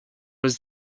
was